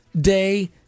day